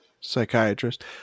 Psychiatrist